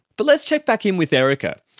but let's check back in with erika.